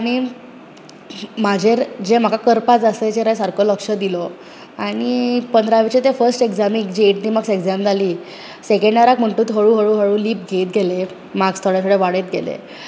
आनी म्हाजेर जे म्हाका करपा जाय आसा ताचेर सारको लक्ष दिलो आनी पंद्रावेचे ते फर्स्ट एग्जजामीन्ग जे एटी मार्क्स एग्जजाम जाली सॅकंड यराक म्हणटुच हळू हळू हळू लीप घेत गेले मार्क्स थोडे थोडे वाडयत गेले